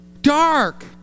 Dark